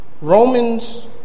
Romans